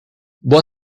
boa